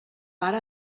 pare